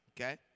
okay